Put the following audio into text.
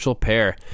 pair